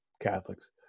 Catholics